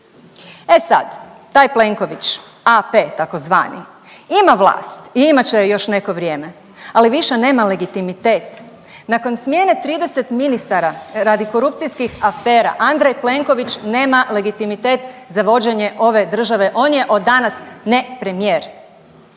E sad taj Plenković, AP takozvani ima vlast i imat će je još neko vrijeme, ali više nema legitimitet. Nakon smjene 30 ministara radi korupcijskih afera Andrej Plenković nema legitimitet za vođenje ove države, on je danas ne premijer.